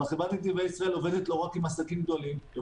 אבל חברת נתיבי ישראל עובדת לא רק עם עסקים גדולים.